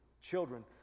children